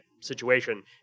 situation